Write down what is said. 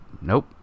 nope